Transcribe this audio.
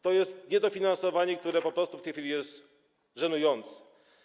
To jest niedofinansowanie, które po prostu w tej chwili jest żenujące.